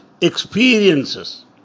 experiences